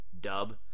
Dub